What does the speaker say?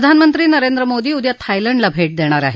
प्रधानमंत्री नरेंद्र मोदी उद्या थायलंडला भेट देणार आहे